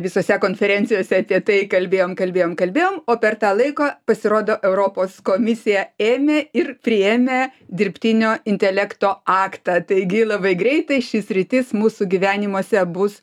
visose konferencijose apie tai kalbėjom kalbėjom kalbėjom o per tą laiką pasirodo europos komisija ėmė ir priėmė dirbtinio intelekto aktą taigi labai greitai ši sritis mūsų gyvenimuose bus